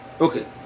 Okay